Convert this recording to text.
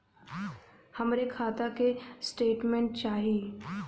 हमरे खाता के स्टेटमेंट चाही?